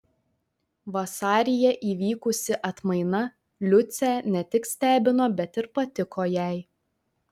vasaryje įvykusi atmaina liucę ne tik stebino bet ir patiko jai